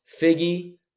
Figgy